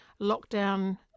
lockdown